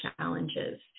challenges